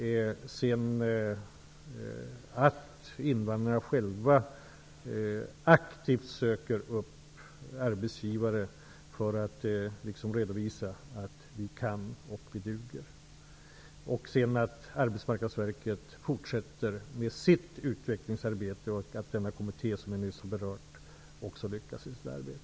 Vidare gäller det att invandrarna själva aktivt söker upp arbetsgivare för att redovisa att de kan och att de duger. Dessutom gäller det att Arbetsmarknadsverket fortsätter med sitt utvecklingsarbete och att den kommitté som jag nyss berört lyckas i sitt arbete.